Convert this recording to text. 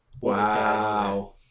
Wow